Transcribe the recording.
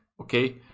okay